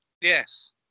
yes